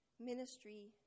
ministry